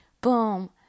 boom